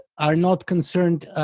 are not concerned